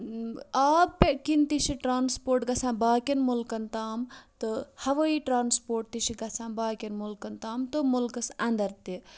آب کِنۍ تہِ چھِ ٹرٛانسپوٹ گژھان باقٕیَن مُلکَن تام تہٕ ہَوٲیی ٹرٛانسپوٹ تہِ چھِ گژھان باقٕیَن مُلکَن تام تہٕ مُلکَس اَندَر تہِ